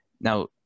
Now